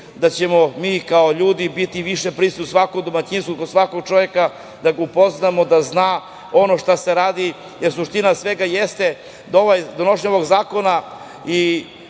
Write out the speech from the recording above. inicijativi, kao ljudi biti više prisutni u svakom domaćinstvu, kod svakog čoveka, da ga upoznamo, da zna ono što se radi. Jer, suština svega jeste donošenje ovog zakona i